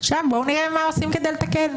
עכשיו בואו נראה מה עושים כדי לתקן.